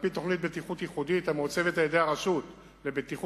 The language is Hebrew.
על-פי תוכנית בטיחות ייחודית המעוצבת על-ידי הרשות לבטיחות